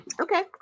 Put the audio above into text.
Okay